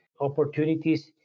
opportunities